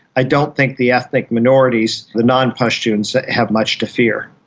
i don't think the ethnic minorities, the non-pashtuns, have much to fear.